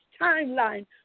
timeline